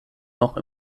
noch